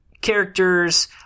characters